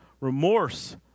remorse